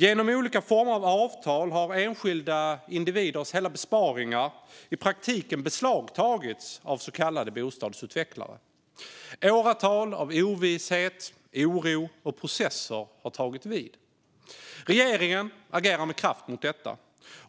Genom olika former av avtal har enskilda individers hela besparingar i praktiken beslagtagits av så kallade bostadsutvecklare. Åratal av ovisshet, oro och processer har tagit vid. Regeringen agerar nu med kraft mot detta.